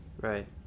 Right